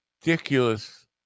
ridiculous